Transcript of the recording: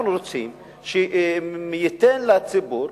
אנחנו רוצים שייתן לציבור,